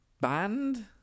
band